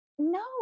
No